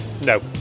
No